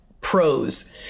pros